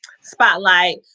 spotlight